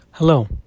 Hello